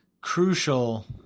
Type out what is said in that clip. crucial